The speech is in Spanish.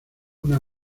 una